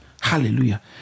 Hallelujah